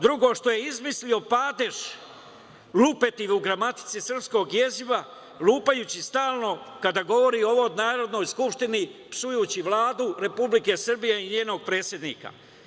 Drugo, zato što je izmislio padež lupetiv u gramatici srpskog jezika, lupajući stalno kada govori o Narodnoj skupštini psujući Vladu Republike Srbije i njenog predsednika.